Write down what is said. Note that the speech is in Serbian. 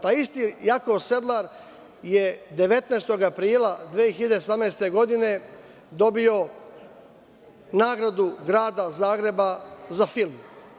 Taj isti Jakov Sedlar je 19. aprila 2018. godine dobio nagradu grada Zagreba za film.